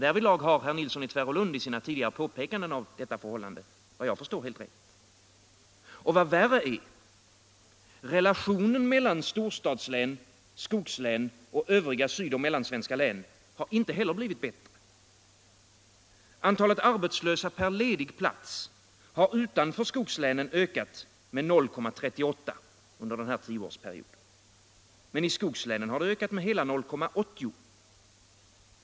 Därvidlag har herr Nilsson i Tvärålund vad jag förstår helt rätt i sina tidigare påpekanden om detta förhållande. Vad värre är: Relationen mellan storstadslän, skogslän och övriga sydoch mellansvenska län har inte heller blivit bättre. Antalet arbetslösa per ledig plats har utanför skogslänen ökat med 0,38 under den nämnda tioårsperioden, medan det i skogslänen har ökat med hela 0,80.